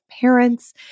parents